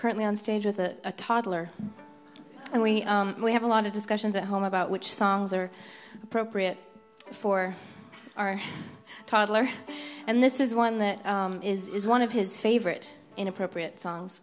currently on stay with a toddler and we have a lot of discussions at home about which songs are appropriate for our toddler and this is one that is one of his favorite inappropriate songs